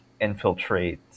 infiltrate